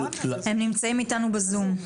המקומי נמצאים איתנו בזום.